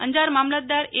અંજાર મામલતદાર એ